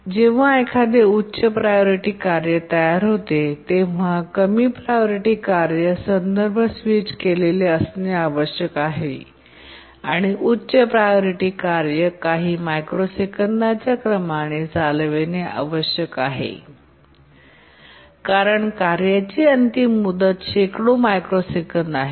जेव्हा एखादे उच्च प्रायोरिटी कार्य तयार होते तेव्हा कमी प्रायोरिटी कार्य संदर्भ स्विच केलेले असणे आवश्यक आहे आणि उच्च प्रायोरिटी कार्य काही मायक्रोसेकंदांच्या क्रमाने चालवणे आवश्यक आहे कारण कार्यची अंतिम मुदत शेकडो मायक्रोसेकंद आहे